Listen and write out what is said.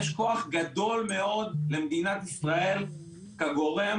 יש כוח גדול מאוד למדינת ישראל כגורם